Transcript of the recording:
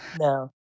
No